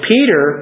Peter